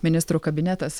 ministrų kabinetas